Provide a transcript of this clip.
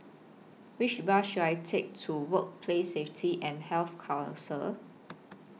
Which Bus should I Take to Workplace Safety and Health Council